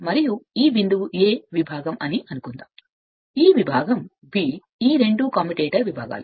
ఇక్కడ ఈ బిందువు ఈ విభాగం అని అనుకుందాం ఈ విభాగం బి ఈ రెండు కమ్యుటేటర్ విభాగాలు